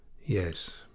Yes